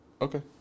Okay